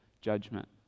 judgment